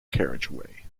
carriageway